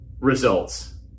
results